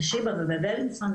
בשיבא ובבלינסון,